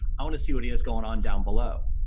i want to see what he is going on down below.